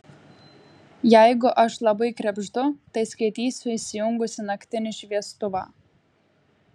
jeigu aš labai krebždu tai skaitysiu įsijungusi naktinį šviestuvą